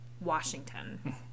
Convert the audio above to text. Washington